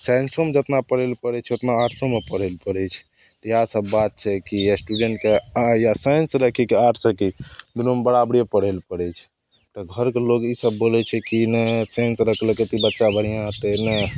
साइन्सोमे जतना पढ़ै ले पड़ै छै ओतना आर्ट्सोमे पढ़ै ले पड़ै छै तऽ इएहसब बात छै कि एस्टूडेन्टके अहाँ या साइन्स राखी कि आर्ट्स राखी एकदम बराबरे पढ़ै ले पड़ै छै तऽ घरके लोक ईसब बोलै छै कि नहि साइन्स रखलकै तऽ ई बच्चा बढ़िआँ होतै नहि